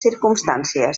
circumstàncies